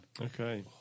Okay